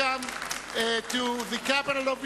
welcome to the capital of Israel,